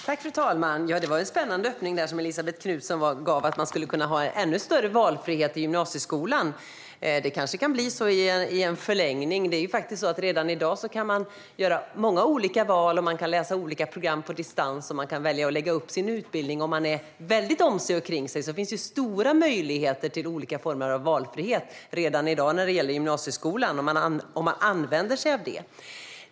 Fru talman! Det var en spännande öppning som Elisabet Knutsson gav om att man skulle kunna ha en ännu större valfrihet i gymnasieskolan. Det kanske kan bli så i en förlängning. Redan i dag kan man göra många olika val, läsa olika program på distans och välja att lägga upp sin utbildning på olika sätt. Om man är om sig och kring sig finns det stora möjligheter till olika former av valfrihet redan i dag när det gäller gymnasieskolan om man använder sig av dem.